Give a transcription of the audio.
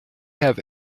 have